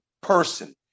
person